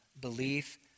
belief